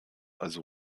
also